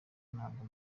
ntabwo